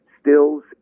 Stills